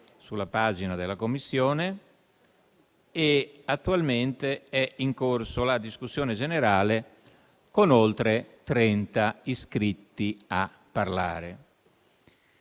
sulla pagina della Commissione. Attualmente è in corso la discussione generale, con oltre 30 iscritti a parlare.